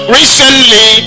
recently